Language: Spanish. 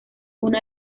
una